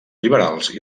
liberals